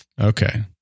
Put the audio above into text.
okay